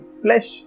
flesh